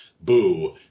boo